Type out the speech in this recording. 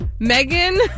Megan